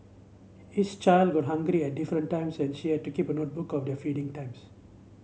each child got hungry at different times and she had to keep a notebook of their feeding times